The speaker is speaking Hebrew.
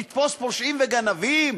לתפוס פושעים וגנבים?